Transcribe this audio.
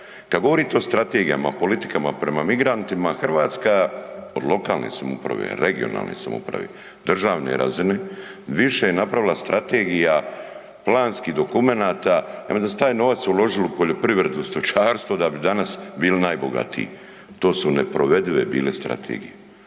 Kad govorite o strategijama, o politikama prema migrantima Hrvatska od lokalne samouprave, regionalne samouprave, državne razine, više je napravila strategija, planskih dokumenata, umjesto da su taj novac uložili u poljoprivredu, stočarstvo, da bi danas bili najbogatiji. To su neprovedive bile strategije.